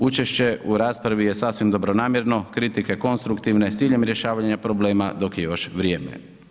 Učešće u raspravi je sasvim dobronamjerno, kritike konstruktivne s ciljem rješavanja problema dok je još vrijeme.